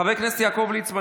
חבר הכנסת יעקב ליצמן,